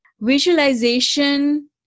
Visualization